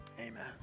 Amen